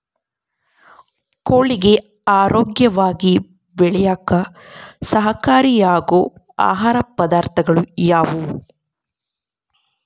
ಕೋಳಿಗೆ ಆರೋಗ್ಯವಾಗಿ ಬೆಳೆಯಾಕ ಸಹಕಾರಿಯಾಗೋ ಆಹಾರ ಪದಾರ್ಥಗಳು ಯಾವುವು?